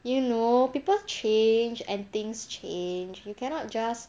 you know people change and things change you cannot just